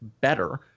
better